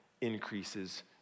increases